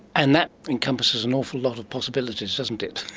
and that encompasses an awful lot of possibilities, doesn't it.